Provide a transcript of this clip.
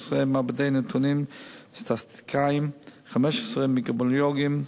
15 מעבדי נתונים/סטטיסטיקאים ו-15 מיקרוביולוגים.